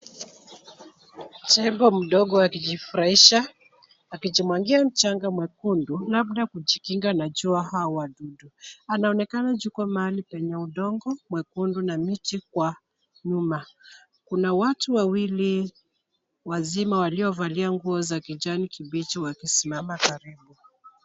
Tembo mdogo akijifurahisha, akijimwagia mchanga mwekundu labda kujikinga na jua au wadudu. Anaonekana juu kwa mahali penye udongo mwekundu na miti kwa nyuma. Kuna watu wawili wazima waliovalia nguo za kijani kibichi wakisimama karibu.